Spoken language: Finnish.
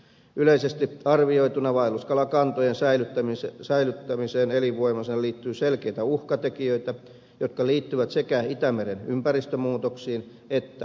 yleisesti arvioituna vaelluskalakantojen säilymiseen elinvoimaisena liittyy selkeitä uhkatekijöitä jotka liittyvät sekä itämeren ympäristömuutoksiin että kalastukseen